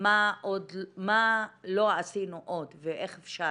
מה לא עשינו עוד ואיך אפשר,